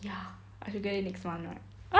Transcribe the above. ya I should get it next month right